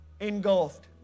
engulfed